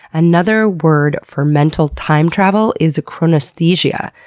another word for mental time travel is chronesthesia.